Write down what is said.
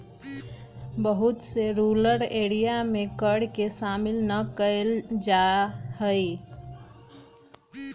बहुत से rural area में कर के शामिल ना कइल जा हई